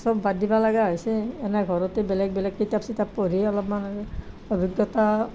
সব বাদ দিব লগা হৈছে এনেই ঘৰতে বেলেগ বেলেগ কিতাপ চিতাপ পঢ়ি অলপমান অভিজ্ঞতা